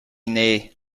nay